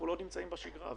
אנחנו לא נמצאים בשגרה,